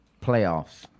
playoffs